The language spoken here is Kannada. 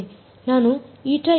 ನಾನು η＝2ε ಗೆ ಹಿಂತಿರುಗಿದ್ದೇನೆ